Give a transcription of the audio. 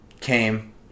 came